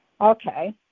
okay